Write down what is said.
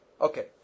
okay